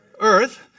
earth